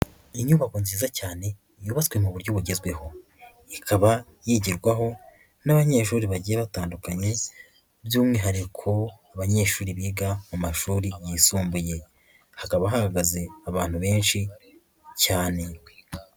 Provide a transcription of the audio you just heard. Inyubako nziza cyane yubatswe mu buryo bugezweho, ikaba yigirwaho n'abanyeshuri bagiye batandukanye by'umwihariko abanyeshuri biga mu mashuri yisumbuye, hakaba hahagaze abantu benshi cyane.